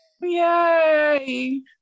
Yay